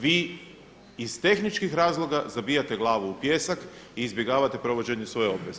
Vi iz tehničkih razloga zabijate glavu u pijesak i izbjegavate provođenje svoje obveze.